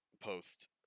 post